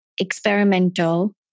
experimental